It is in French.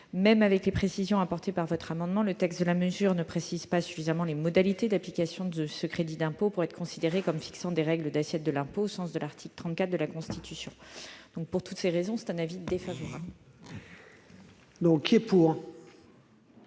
Même avec les précisions apportées par votre amendement, le texte ne définit pas suffisamment les modalités d'application de ce crédit d'impôt pour être considérée comme fixant des règles d'assiette de l'impôt au sens de l'article 34 de la Constitution. Pour toutes ces raisons, le Gouvernement a émis un avis défavorable.